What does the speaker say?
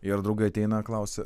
ir draugai ateina klausia